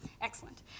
Excellent